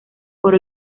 por